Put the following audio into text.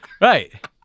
Right